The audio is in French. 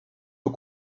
aux